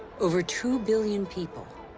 over two billion people,